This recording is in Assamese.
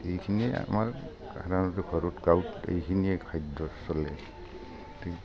এইখিনিয়ে আমাৰ সাধাৰণতে ঘৰত গাঁৱত এইখিনিয়ে খাদ্য চলে